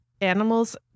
animals